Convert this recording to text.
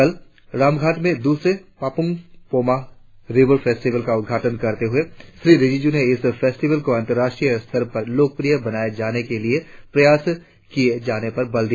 कल रामघाट में द्रसरे पापुम पोमा रीवर फेस्टिवल का उद्घाटन करते हुए श्री रिजिजू ने इस फेस्टिवल को अंतर्राष्ट्रीय स्तर पर लोकप्रिय बनाएं जाने के लिए प्रयास किए जाणे पर बल दिया